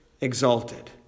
exalted